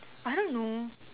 I don't know